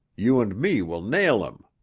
you and me will nail him.